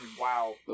wow